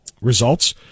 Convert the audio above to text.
results